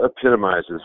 epitomizes